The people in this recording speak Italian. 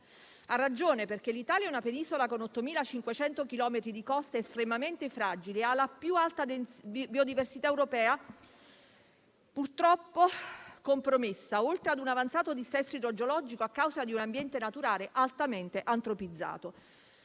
Ha ragione, perché l'Italia è una penisola con 8500 chilometri di coste estremamente fragili e ha la più alta biodiversità europea, purtroppo compromessa, oltre ad un avanzato dissesto idrogeologico a causa di un ambiente naturale altamente antropizzato.